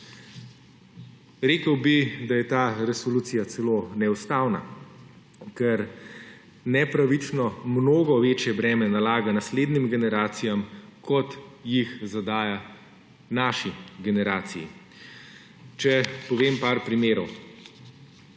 Rekel bi, da je ta resolucija celo neustavna, ker nepravično mnogo večje breme nalaga naslednjim generacijam, kot jih zadaja naši generaciji. Če povem par primerov.